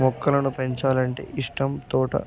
మొక్కలను పెంచాలి అంటే ఇష్టం తోట